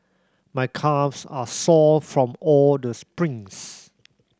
my calves are sore from all the sprints